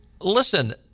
Listen